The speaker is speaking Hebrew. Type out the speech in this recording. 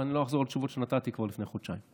ואני לא אחזור על תשובות שנתתי כבר לפני חודשיים.